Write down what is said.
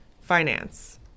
finance